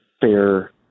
fair